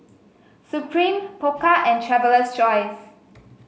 Supreme Pokka and Traveler's Choice